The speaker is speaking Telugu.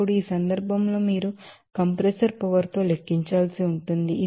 ఇప్పుడు ఈ సందర్భంలో మీరు కంప్రెసర్ పవర్ తో లెక్కించాల్సి ఉంటుంది